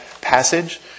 passage